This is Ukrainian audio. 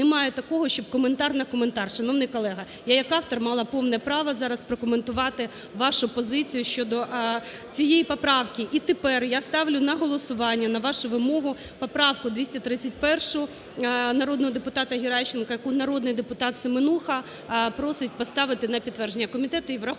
Немає такого, щоб коментар на коментар, шановний колего. Я як автор мала повне право зараз прокоментувати вашу позицію щодо цієї поправки. І тепер я ставлю на голосування, на вашу вимогу, поправку 231 народного депутата Геращенко, яку народний депутат Семенуха просить поставити на підтвердження. Комітет її врахував.